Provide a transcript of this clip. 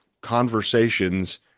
conversations